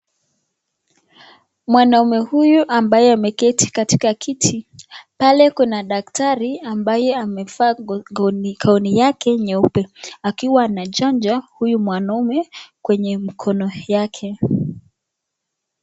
Mwanaume huyu ambaye ameketi katika kiti. Pale kuna daktari ambaye amevaa gauni yake nyeupe akiwa anachanja huyu mwanaume kwenye mkono yake.